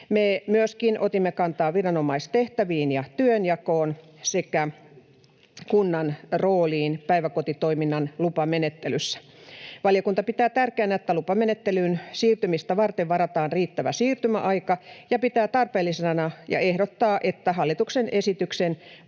Me myöskin otimme kantaa viranomaistehtäviin ja työnjakoon sekä kunnan rooliin päiväkotitoiminnan lupamenettelyssä. Valiokunta pitää tärkeänä, että lupamenettelyyn siirtymistä varten varataan riittävä siirtymäaika, ja pitää tarpeellisena ja ehdottaa, että hallituksen esityksen